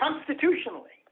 constitutionally